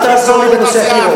אל תעזור לי בנושא אקירוב.